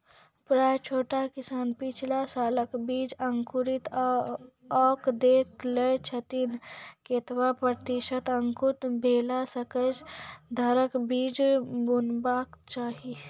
प्रायः छोट किसान पिछला सालक बीज अंकुरित कअक देख लै छथिन, केतबा प्रतिसत अंकुरित भेला सऽ घरक बीज बुनबाक चाही?